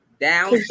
Down